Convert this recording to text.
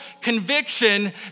conviction